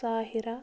ساحِراہ